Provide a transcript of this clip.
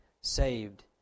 saved